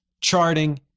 charting